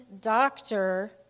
doctor